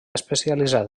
especialitzat